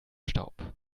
staub